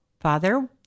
father